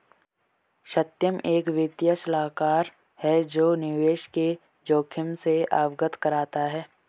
सत्यम एक वित्तीय सलाहकार है जो निवेश के जोखिम से अवगत कराता है